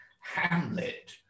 Hamlet